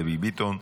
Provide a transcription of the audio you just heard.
דבי ביטון,